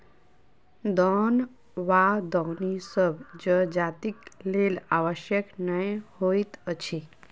दौन वा दौनी सभ जजातिक लेल आवश्यक नै होइत अछि